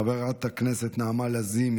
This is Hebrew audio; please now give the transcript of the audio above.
חברת הכנסת נעמה לזימי,